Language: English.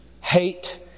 hate